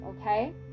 okay